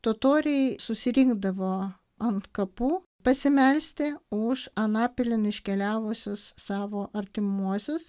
totoriai susirinkdavo ant kapų pasimelsti už anapilin iškeliavusius savo artimuosius